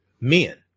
men